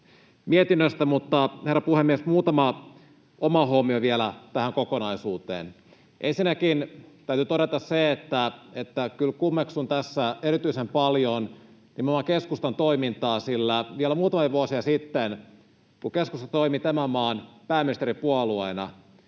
mietinnöstä, mutta, herra puhemies, muutama oma huomio vielä tähän kokonaisuuteen: Ensinnäkin täytyy todeta se, että kyllä kummeksun tässä erityisen paljon nimenomaan keskustan toimintaa, sillä vielä muutamia vuosia sitten, kun keskusta toimi tämän maan pääministeripuolueena,